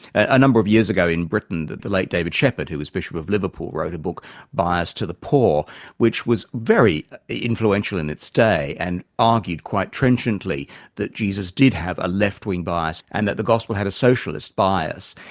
a a number of years ago in britain, the late david sheppard who was bishop of liverpool wrote a book bias to the poor which was very influential in its day and argued quite trenchantly that jesus did have a left-wing bias and that the gospel had a socialist bias.